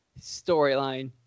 storyline